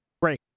break